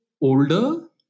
older